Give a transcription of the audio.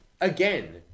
again